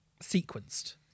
sequenced